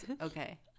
Okay